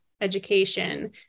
education